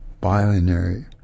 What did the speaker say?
binary